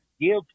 give